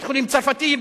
בית-חולים צרפתי,